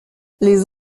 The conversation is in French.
les